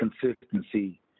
Consistency